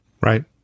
Right